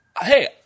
Hey